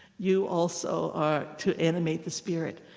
you also are to animate the spirit.